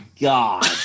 god